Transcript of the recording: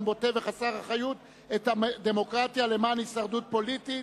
בוטה וחסר אחריות את הדמוקרטיה למען הישרדות פוליטית.